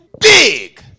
big